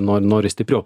nori nori stipriau